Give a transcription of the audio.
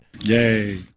Yay